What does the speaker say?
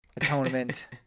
atonement